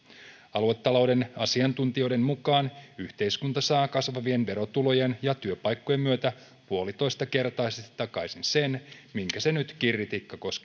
aluetalouden asiantuntijoiden mukaan yhteiskunta saa kasvavien verotulojen ja työpaikkojen myötä puolitoistakertaisesti takaisin sen minkä se nyt kirri tikkakoskeen